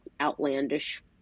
outlandish